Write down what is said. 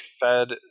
fed